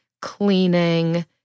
cleaning